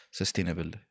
sustainable